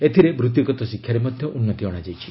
ଏଥିରେ ବୃତ୍ତିଗତ ଶିକ୍ଷାରେ ମଧ୍ୟ ଉନ୍ନତି ଅଣାଯାଇଛି